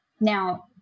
Now